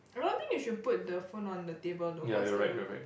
I don't think you should put the phone on the table though cause the